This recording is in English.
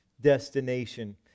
destination